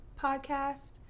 podcast